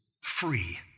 free